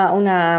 una